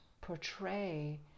portray